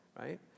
Right